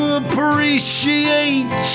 appreciate